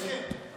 כשיהיה הסכם.